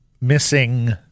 missing